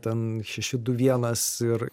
ten šeši du vienas ir